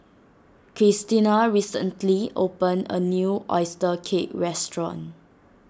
Kristina recently opened a new Oyster Cake restaurant